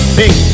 big